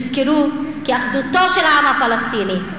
תזכרו כי אחדותו של העם הפלסטיני,